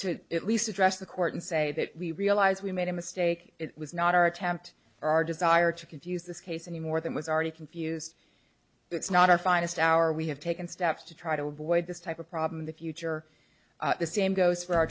to at least address the court and say that we realize we made a mistake it was not our attempt or our desire to confuse this case any more than was already confused it's not our finest hour we have taken steps to try to avoid this type of problem in the future the same goes for our